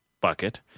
bucket